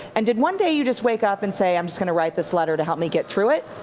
and did one day you just wake up and say i'm going to write this letter to help me get through it?